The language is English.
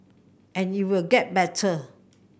and it will get better